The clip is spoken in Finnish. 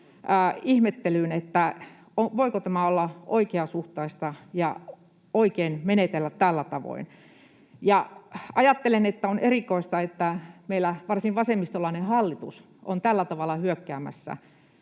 ihmettelyyn, voiko olla oikeasuhtaista ja oikein menetellä tällä tavoin. Ajattelen, että on erikoista, että meillä varsin vasemmistolainen hallitus on tällä tavalla hyökkäämässä